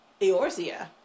Eorzea